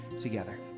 together